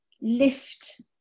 lift